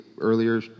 earlier